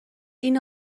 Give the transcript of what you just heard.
این